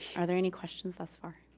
are there any questions thus far?